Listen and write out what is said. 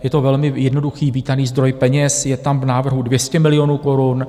Je to velmi jednoduchý, vítaný zdroj peněz, je tam v návrhu 200 milionů korun.